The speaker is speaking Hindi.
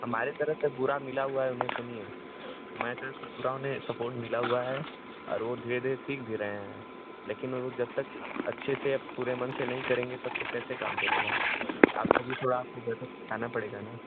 हमारे तरफ़ से पूरा मिला हुआ है उन्हें सुनिए हमारी तरफ़ से पूरा उन्हें सपोर्ट मिला हुआ है और वह है धीरे धीरे सीख भी रहे हैं लेकिन वह जब तक अच्छे से अब पूरे मन से नहीं करेंगे तब तक कैसे काम चलेगा आपको भी थोड़ा घर पर सिखाना पड़ेगा ना